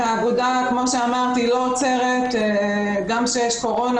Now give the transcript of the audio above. האגודה, כמו שאמרתי, לא עוצרת, גם כשיש קורונה.